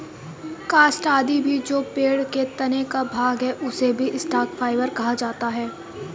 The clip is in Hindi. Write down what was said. काष्ठ आदि भी जो पेड़ के तना का भाग है, उसे भी स्टॉक फाइवर कहा जाता है